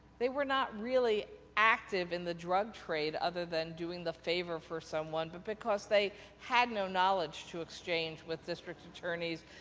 they were not really active in the drug trade other than doing the favor for someone but because they had no knowledge to exchange with district attorneys.